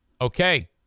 Okay